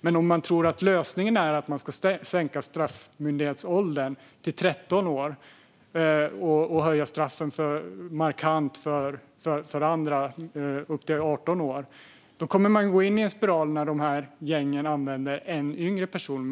Men om man tror att lösningen är att sänka straffmyndighetsåldern till 13 år och markant höja straffen för andra upp till 18 år kommer man att gå in i en spiral där gängen använder ännu yngre personer.